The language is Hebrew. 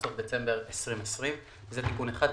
עד סוף דצמבר 2020. זה תיקון אחד.